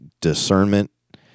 discernment